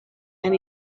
and